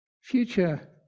future